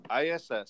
ISS